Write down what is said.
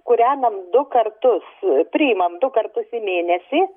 kurenam du kartus priimam du kartus į mėnesį